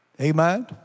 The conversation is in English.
Amen